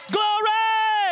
Glory